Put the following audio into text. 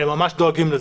הם ממש דואגים לזה.